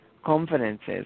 confidences